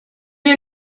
est